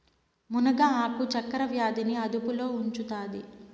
మునగ ఆకు చక్కర వ్యాధి ని అదుపులో ఉంచుతాది